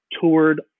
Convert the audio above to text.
toured